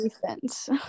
defense